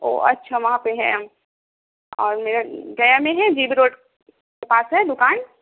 او اچھا وہاں پہ ہے اور میرا گیا میں ہے جی بی روڈ کے پاس ہے دکان